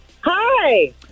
Hi